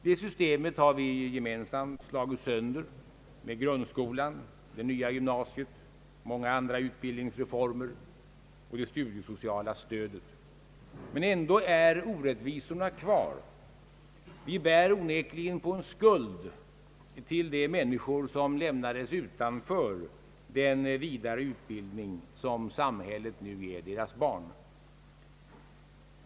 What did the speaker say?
Det systemet har vi gemensamt slagit sönder med grundskolan, det nya gymnasiet, många andra utbildningsreformer och det studiesociala stödet. Men ändå är orättvisorna kvar. Vi bär onekligen på en skuld till de människor som lämnades utanför den vidare utbildning som samhället nu ger deras barn.